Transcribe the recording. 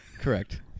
correct